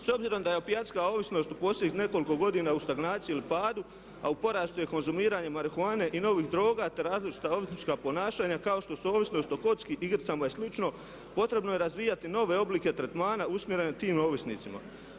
S obzirom da je opijatska ovisnost u posljednjih nekoliko godina u stagnaciji ili padu a u porastu je konzumiranje marihuane i novih droga te različita ovisnička ponašanja kao što su ovisnost o kocki, igricama i slično, potrebno je razvijati nove oblike tretmana usmjerenih tim ovisnicima.